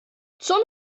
zum